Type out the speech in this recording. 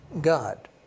God